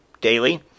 daily